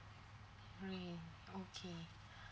hopefully okay